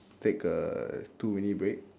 take a two minute break